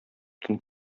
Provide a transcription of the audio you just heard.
утын